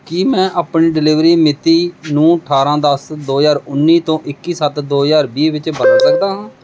ਕੀ ਮੈਂ ਆਪਣੀ ਡਿਲੀਵਰੀ ਮਿਤੀ ਨੂੰ ਅਠਾਰਾਂ ਦਸ ਦੋ ਹਜ਼ਾਰ ਉੱਨੀ ਤੋਂ ਇੱਕੀ ਸੱਤ ਦੋ ਹਜ਼ਾਰ ਵੀਹ ਵਿੱਚ ਬਦਲ ਸਕਦਾ ਹਾਂ